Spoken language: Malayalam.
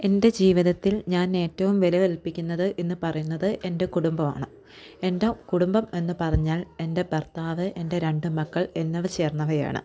എൻറെ ജീവിതത്തിൽ ഞാൻ ഏറ്റവും വിലകല്പിക്കുന്നത് എന്ന് പറയുന്നത് എന്റെ കുടുംബം ആണ് എന്റെ കുടുംബം എന്ന് പറഞ്ഞാൽ എൻറെ ഭർത്താവ് എന്റെ രണ്ടു മക്കൾ എന്നവർ ചേർന്നവയാണ്